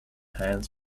hands